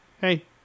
Hey